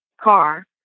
car